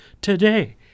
today